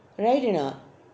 right or not